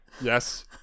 Yes